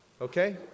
Okay